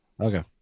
Okay